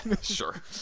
Sure